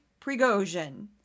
Prigozhin